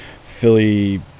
Philly